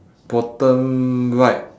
bottom right